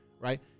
right